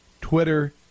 Twitter